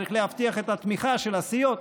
צריך להבטיח את התמיכה של הסיעות,